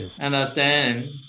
Understand